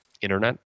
internet